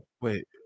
Wait